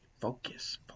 focus